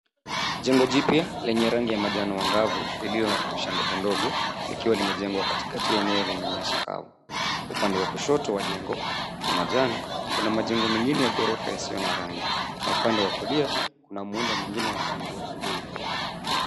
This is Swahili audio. Jengi jipya lenye rangi ya manjano angavu iliyo na dirisha ndogo ndogo likiwa limejengwa katikati ya eneo lenye nyasi kavu. Upande wa kushoto wa jengo ya manjano, kuna majengo mengine ya ghorofa yasiyo na rangi. Na upande wa kulia kuna muundo mwingine wa rangi ya bluu.